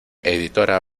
editora